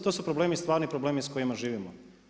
To su problemi, stvarni problemi s kojima živimo.